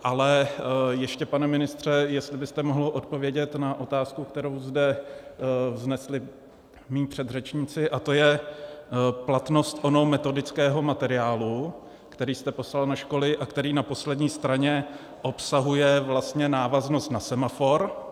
Ale ještě, pane ministře, jestli byste mohl odpovědět na otázku, kterou zde vznesli mí předřečníci, a to je platnost metodického materiálu, který jste poslal na školy a který na poslední straně obsahuje návaznost na semafor.